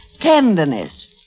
tenderness